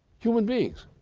human beings!